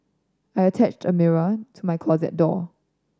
I attached a mirror to my closet door